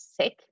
sick